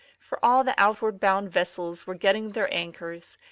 for all the outward-bound vessels were getting their anchors,